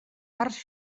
parts